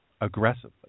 aggressively